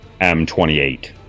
M28